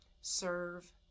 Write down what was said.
serve